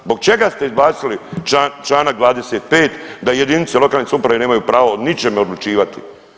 Zbog čega ste izbacili članak 25. da jedinice lokalne samouprave nemaju pravo o ničem odlučivati?